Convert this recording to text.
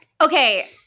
okay